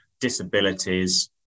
disabilities